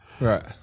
Right